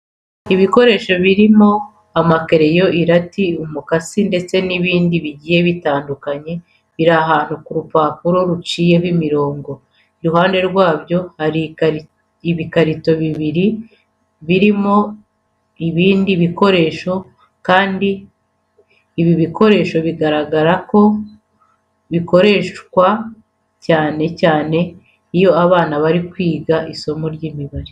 Ibikoresho birimo amakereyo, irati, umukasi ndetse n'ibindi bigiye bitandukanye biri ahantu ku rupapuro ruciyemo imirongo. Iruhande rwabyo hari ibikarito bibiri birimo ibindi bikoresho kandi ibi bikoresho biragaraga ko bikoreswa cyane cyane iyo abana bari kwiga isomo ry'imibare.